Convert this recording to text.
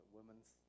Women's